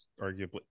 arguably